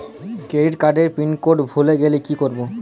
Credit কার্ডের pin code ভুলে গেলে কি করব?